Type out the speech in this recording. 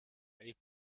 eight